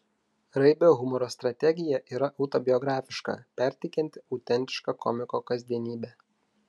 raibio humoro strategija yra autobiografiška perteikianti autentišką komiko kasdienybę